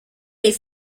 les